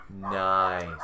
Nice